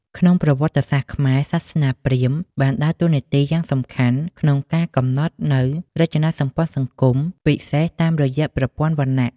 ក្នុងប្រវត្តិសាស្ត្រខ្មែរ សាសនាព្រាហ្មណ៍បានដើរតួនាទីយ៉ាងសំខាន់ក្នុងការកំណត់នូវរចនាសម្ព័ន្ធសង្គម ពិសេសតាមរយៈប្រព័ន្ធវណ្ណៈ។